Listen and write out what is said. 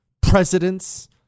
presidents